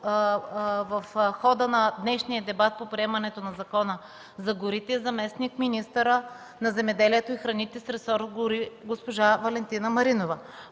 в хода на днешния дебат по приемането на Закона за горите присъства заместник-министърът на земеделието и храните с ресор „Гори” госпожа Валентина Маринова.